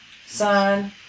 Son